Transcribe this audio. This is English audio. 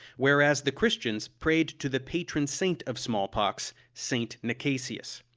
whereas the christians prayed to the patron saint of smallpox, saint nicasius.